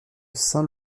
saint